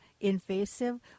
invasive